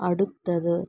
അടുത്തത്